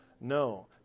No